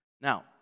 now